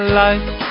life